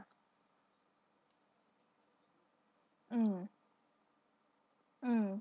mm mm